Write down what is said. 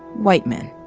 white men.